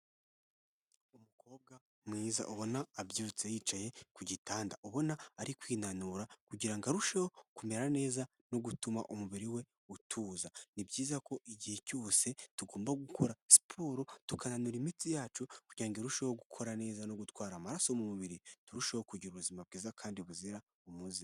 Umukobwa mwiza ubona abyutse yicaye ku gitanda ubona ari kwinanura kugira ngo arusheho kumera neza no gutuma umubiri we utuza. Ni byiza ko igihe cyose tugomba gukora siporo tukananura imitsi yacu kugira ngo irusheho gukora neza no gutwara amaraso mu mubiri, turushaho kugira ubuzima bwiza kandi buzira umuzego.